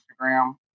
Instagram